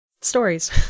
stories